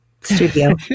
studio